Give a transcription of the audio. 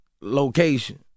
location